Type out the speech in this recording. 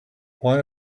why